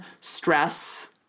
stress